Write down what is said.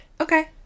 Okay